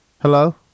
Hello